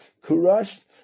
crushed